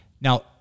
Now